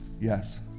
Yes